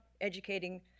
educating